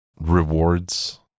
rewards